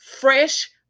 fresh